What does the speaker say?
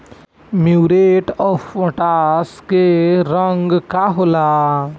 Muriate of potash के रंग का होला?